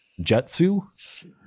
jutsu